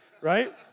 right